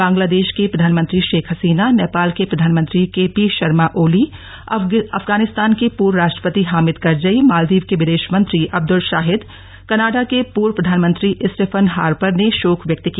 बंगलादेश की प्रधानमंत्री शेख हसीना नेपाल के प्रधानमंत्री केपी शर्मा ओली अफगानिस्तान के पूर्व राष्ट्रपति हामिद करजई मालदीव के विदेश मंत्री अब्दुल्ला शाहिद कनाडा के पूर्व प्रधानमंत्री स्टीफन हार्पर ने शोक व्यक्त किया